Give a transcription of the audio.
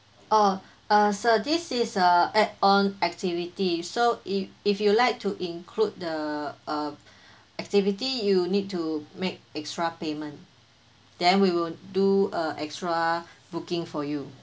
oh err sir this is err add on activity so if if you'd like to include the err activity you need to make extra payment then we will do err extra booking for you